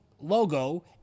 logo